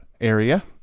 area